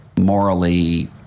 morally